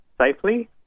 safely